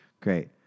great